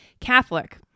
Catholic